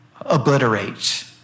obliterate